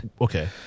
Okay